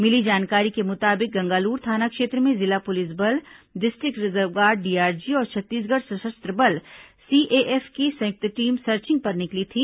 मिली जानकारी के मुताबिक गंगालूर थाना क्षेत्र में जिला पुलिस बल डिस्ट्रिक्ट रिजर्व गार्ड डीआरजी और छत्तीसगढ़ सशस्त्र बल सीएएफ की संयुक्त टीम सर्चिंग पर निकली थी